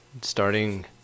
starting